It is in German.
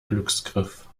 glücksgriff